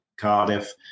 Cardiff